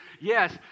Yes